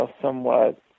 somewhat